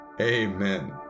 amen